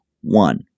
one